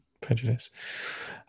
prejudice